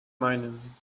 meinen